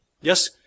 Yes